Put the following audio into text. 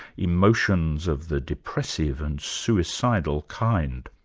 emotions of the depressive and suicidal kind.